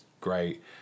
great